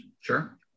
Sure